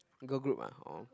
girl group ah or